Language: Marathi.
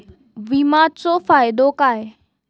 विमाचो फायदो काय?